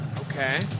Okay